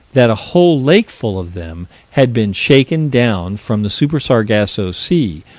that a whole lakeful of them had been shaken down from the super-sargasso sea,